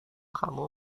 kamu